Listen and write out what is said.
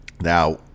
Now